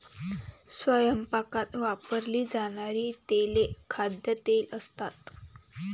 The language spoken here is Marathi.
स्वयंपाकात वापरली जाणारी तेले खाद्यतेल असतात